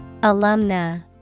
Alumna